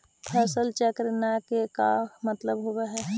फसल चक्र न के का मतलब होब है?